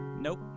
Nope